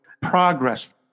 Progress